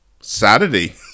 Saturday